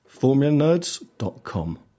formulanerds.com